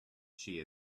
she